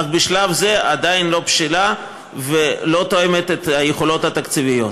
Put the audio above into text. אך בשלב זה עדיין לא בשלה ולא תואמת את היכולת התקציבית.